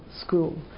school